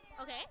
Okay